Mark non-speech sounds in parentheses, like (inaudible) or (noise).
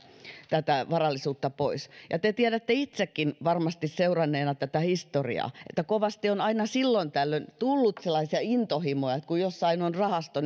tätä varallisuutta pois ja te tiedätte itsekin varmasti tätä historiaa seuranneena että kovasti on aina silloin tällöin tullut sellaisia intohimoja että kun jossain on rahasto (unintelligible)